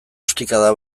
ostikada